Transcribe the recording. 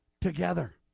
together